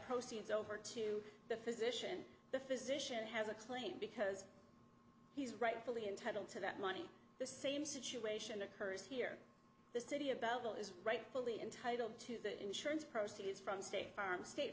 proceeds over to the physician the physician has a claim because he's rightfully entitled to that money the same situation occurs here the city about what is rightfully entitled to that insurance proceeds from state farm state